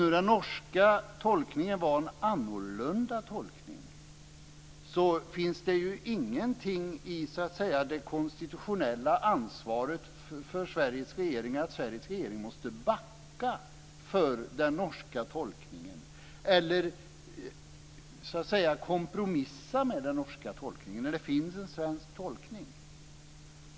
Om den norska tolkningen var annorlunda, finns det ingenting i det konstitutionella ansvaret för Sveriges regering att den måste backa för den norska tolkningen, eller kompromissa med den norska tolkningen när det finns en svensk tolkning.